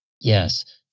Yes